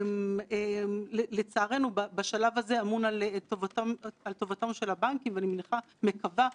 אני שמחה שהמלצות רבות שהמלצנו כגוף